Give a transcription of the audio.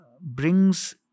brings